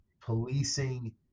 policing